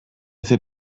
fait